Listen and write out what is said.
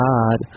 God